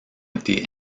été